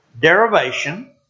derivation